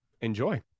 enjoy